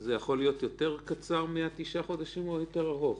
זה יכול להיות יותר קצר מהתשעה חודשים או יותר ארוך?